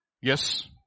Yes